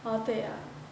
oh 对 ah